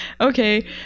Okay